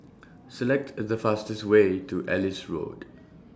Select A The fastest Way to Ellis Road